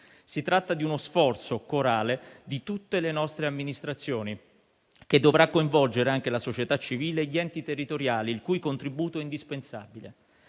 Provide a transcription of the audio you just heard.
Si tratta di uno sforzo corale di tutte le nostre amministrazioni che dovrà coinvolgere anche la società civile e gli enti territoriali, il cui contributo è indispensabile.